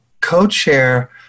co-chair